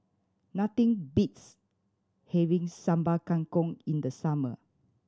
nothing beats having Sambal Kangkong in the summer